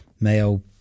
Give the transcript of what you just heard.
Mayo